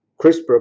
CRISPR